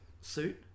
suit